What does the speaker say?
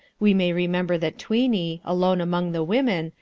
we may remember that tweeny, alone among the women,